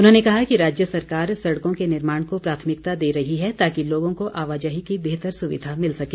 उन्होंने कहा कि राज्य सरकार सड़कों के निर्माण को प्राथमिकता दे रही है ताकि लोगों को आवाजाही की बेहतर सूविधा मिल सके